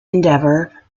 endeavour